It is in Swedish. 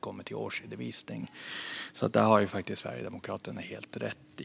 Det här har Sverigedemokraterna helt rätt i.